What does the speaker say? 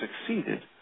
succeeded